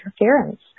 interference